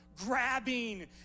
Grabbing